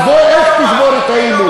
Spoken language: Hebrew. אז בוא, איך תשבור את האי-אמון?